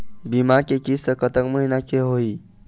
बीमा के किस्त कतका महीना के होही?